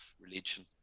religion